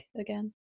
again